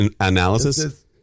analysis